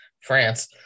France